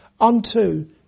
unto